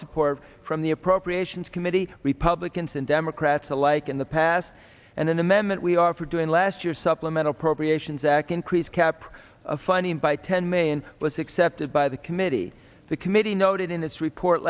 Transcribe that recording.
support from the appropriations committee republicans and democrats alike in the past and an amendment we are for doing last year supplemental appropriations act increase cap of funding by ten million was accepted by the committee the committee noted in this report